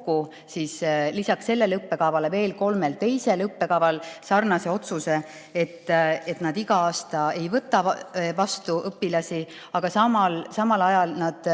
tegid lisaks sellele õppekavale veel kolme teise õppekava kohta sarnase otsuse, et nad iga aasta ei võta õpilasi vastu. Aga samal ajal nad